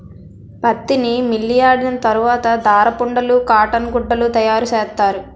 పత్తిని మిల్లియాడిన తరవాత దారపుండలు కాటన్ గుడ్డలు తయారసేస్తారు